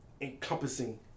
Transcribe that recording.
encompassing